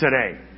today